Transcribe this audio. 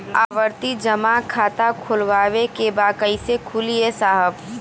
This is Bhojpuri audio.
आवर्ती जमा खाता खोलवावे के बा कईसे खुली ए साहब?